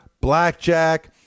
blackjack